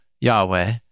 yahweh